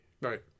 Right